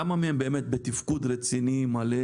כמה מהן באמת בתפקוד רציני ומלא,